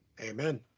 Amen